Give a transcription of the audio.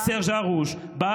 כמו סרז' הרוש.